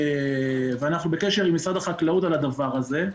אנחנו בקשר עם משרד החקלאות על הדבר הזה,